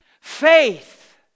Faith